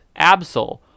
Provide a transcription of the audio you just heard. Absol